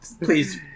Please